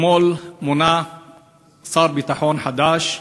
אתמול מונה שר ביטחון חדש,